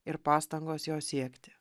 ir pastangos jo siekti